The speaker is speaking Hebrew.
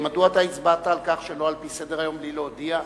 מדוע אתה הצבעת על כך שלא על-פי סדר-היום בלי להודיע,